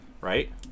right